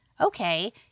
Okay